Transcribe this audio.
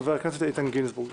חבר הכנסת איתן גינזבורג.